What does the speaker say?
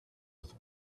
with